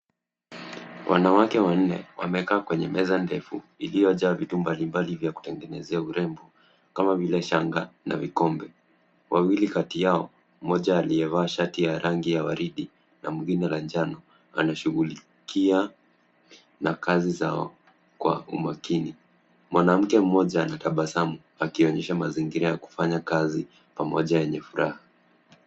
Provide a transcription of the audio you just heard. Wanawake wanne wamekaa kwenye meza ndefu iliojaa vitu mbalimbali vya kutengenezea urembo kama vile shanga na vikombe. Wawili kati yao, mmoja aliyevaa shati ya rangi ya waridi na mwingine la njano anashughulikia na kazi zao kwa umakini. Mwanamke mmoja anatabasamu akionyesha mazingira ya kufanya kazi pamoja yenye furaha.